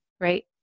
right